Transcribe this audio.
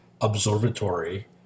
observatory